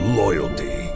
loyalty